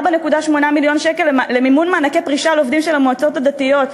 4.8 מיליון שקל למימון מענקי פרישה לעובדים של המועצות הדתיות,